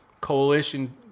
coalition